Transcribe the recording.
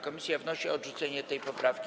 Komisja wnosi o odrzucenie tej poprawki.